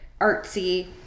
artsy